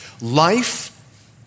Life